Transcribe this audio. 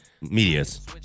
Media's